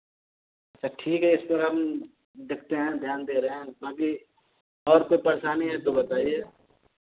सब ठीक है इसपर हम देखते हैं ध्यान दे रहे हैं बाकी और कोई परेशानी है तो बताईए